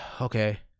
okay